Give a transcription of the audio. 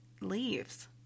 leaves